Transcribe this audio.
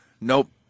Nope